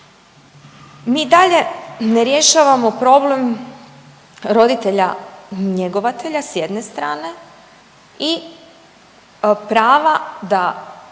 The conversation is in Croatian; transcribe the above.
i dalje ne rješavamo problem roditelja njegovatelja s jedne strane i prava da